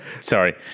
sorry